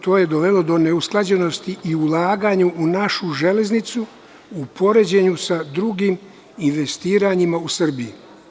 To je dovelo do neusklađenosti i ulaganja u našu železnicu, u poređenju sa drugim investiranjima u Srbiji.